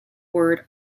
word